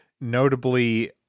Notably